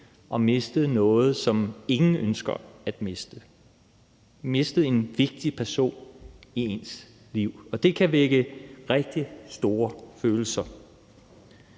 – mistet noget, som ingen ønsker at miste: en vigtig person i ens liv. Og det kan vække rigtig store følelser.